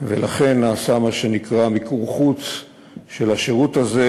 ולכן נעשה מה שנקרא מיקור חוץ של השירות הזה,